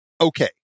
okay